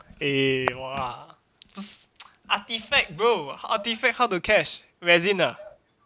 eh !wah! artefact bro artefact how to cash resin ah